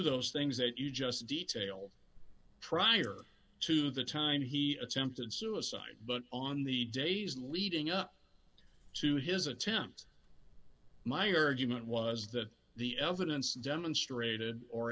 those things that you just detail prior to the time he attempted suicide but on the days leading up to his attempt my argument was that the evidence demonstrated or